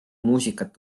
muusikat